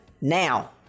now